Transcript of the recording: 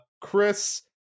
Chris